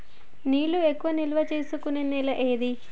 నీళ్లు ఎక్కువగా నిల్వ చేసుకునే నేల ఏది?